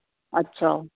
ਅੱਛਾ